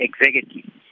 executive